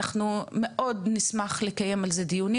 אנחנו מאוד נשמח לקיים על זה דיונים